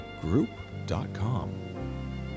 group.com